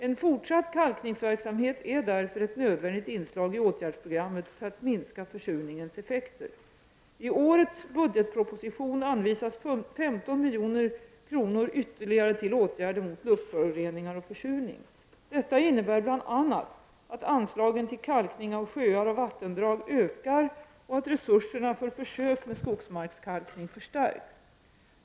En fortsatt kalkningsverksamhet är därför ett nödvändigt inslag i åtgärdsprogrammet för att minska försurningens effekter. I årets budgetproposition anvisas 15 milj.kr. ytterligare till åtgärder mot luftföroreningar och försurning. Detta innebär bl.a. att anslagen till kalkning av sjöar och vattendrag ökar och att resurserna för försök med skogsmarkskalkning förstärks.